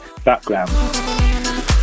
Background